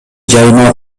жайына